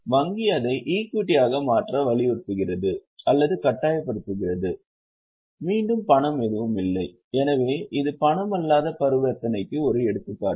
எனவே வங்கி அதை ஈக்விட்டியாக மாற்ற வலியுறுத்துகிறது அல்லது கட்டாயப்படுத்துகிறது மீண்டும் பணம் எதுவும் இல்லை எனவே இது பணமல்லாத பரிவர்த்தனைக்கு ஒரு எடுத்துக்காட்டு